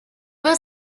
was